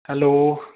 hello